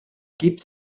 gibbs